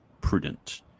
prudent